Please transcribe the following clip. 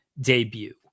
debut